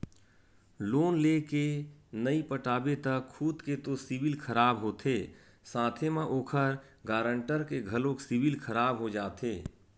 loan लेय के नइ पटाबे त खुद के तो सिविल खराब होथे साथे म ओखर गारंटर के घलोक सिविल खराब हो जाथे